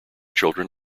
children